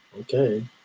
okay